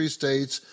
states